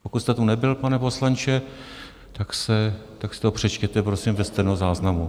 Pokud jste tu nebyl, pane poslanče, tak si to přečtěte prosím ve stenozáznamu.